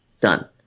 done